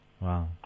Wow